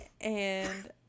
and-